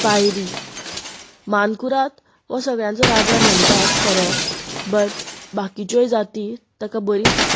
पायरी मानकुराद हो सगळ्यांचो राजा म्हणटात खरो बट बाकिच्यो जाती ताका बरीच